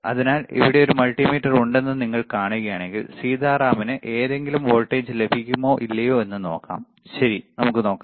അതിനാൽ ഇവിടെ ഒരു മൾട്ടിമീറ്റർ ഉണ്ടെന്ന് നിങ്ങൾ കാണുകയാണെങ്കിൽ സീതാറാമിന് എന്തെങ്കിലും വോൾട്ടേജ് ലഭിക്കുമോ ഇല്ലയോ എന്ന് നോക്കാം ശരി നമുക്ക് നോക്കാം